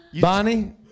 Bonnie